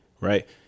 Right